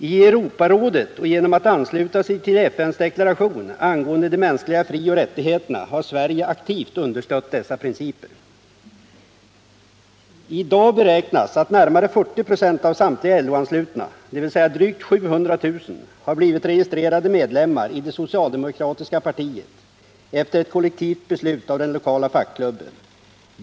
I Europarådet och genom att ansluta sig till FN:s deklaration angående de mänskliga frioch rättigheterna har Sverige aktivt understött dessa principer. I dag beräknas att närmare 40 4 av samtliga LO-anslutna, dvs. drygt 700 000, har blivit registrerade som medlemmar i det socialdemokratiska partiet efter ett kollektivt beslut av den lokala fackklubben.